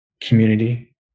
community